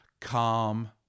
calm